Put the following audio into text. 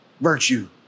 virtue